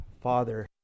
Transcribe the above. Father